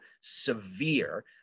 severe